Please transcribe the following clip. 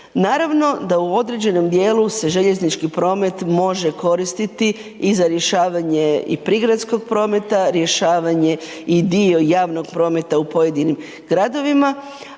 Naravno da u određenom dijelu se željeznički promet može koristiti i za rješavanje prigradskog prometa, rješavanje i dio javnog prometa u pojedinim gradovima,